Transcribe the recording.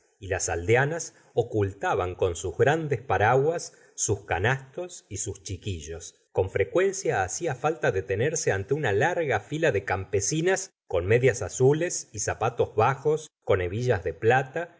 y las aldeanas ocultaban con sus grandes paraguas sus canastos y sus chiquillos con frecuencia hacía falta detenerse ante una larga fila de campesinas con medias azules y zapatos bajos con hebillas de plata